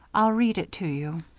i'll read it to you